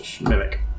Mimic